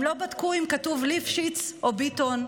הם לא בדקו אם כתוב ליפשיץ או ביטון,